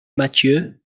mathieu